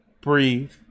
Breathe